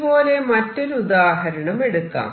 ഇതുപോലെ മറ്റൊരു ഉദാഹരണം എടുക്കാം